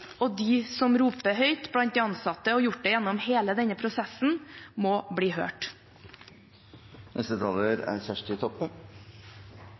og de som roper høyt blant de ansatte, og har gjort det gjennom hele denne prosessen, må bli hørt.